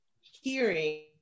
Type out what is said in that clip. hearing